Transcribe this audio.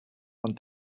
ond